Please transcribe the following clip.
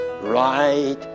right